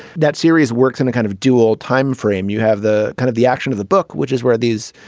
that series works in a kind of dual time frame you have the kind of the action of the book which is where these